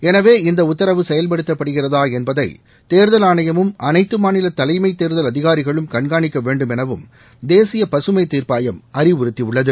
எனவே இந்த உத்தரவு செயல்படுத்தப்படுகிறதா என்பதை தேர்தல் ஆணையமும் அனைத்து மாநில தலைமைத் தேர்தல் அதிகாரிகளும் கண்காணிக்க வேண்டும் எனவும் தேசிய பசுமைத் தீர்ப்பாயம் அறிவுறுத்தியுள்ளது